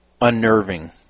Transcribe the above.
unnerving